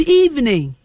evening